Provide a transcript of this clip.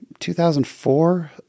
2004